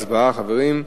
הצבעה, חברים.